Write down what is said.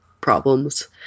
problems